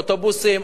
אוטובוסים,